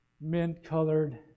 Mint-colored